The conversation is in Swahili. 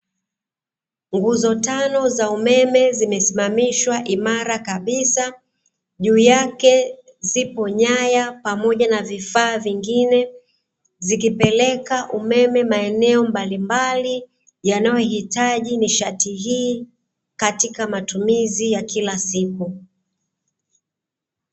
Nguzo tano za umeme zimesimamishwa imara kabisa, juu yake zipo nyaya pamoja na vifaa vingine, zikipeleka umeme maeneo mbalimbali yanayohitaji nishati hii katika matumizi ya kila siku.